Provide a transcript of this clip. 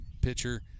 pitcher